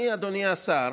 אני, אדוני השר,